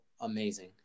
amazing